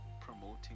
promoting